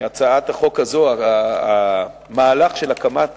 הצעת החוק הזאת, המהלך של הקמת